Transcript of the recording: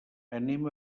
anem